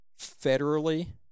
federally